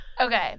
Okay